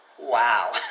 Wow